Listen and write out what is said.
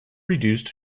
reduced